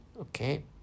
Okay